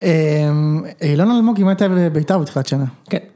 לא דיברנו בכלל על בית"ר מתחילת שנה.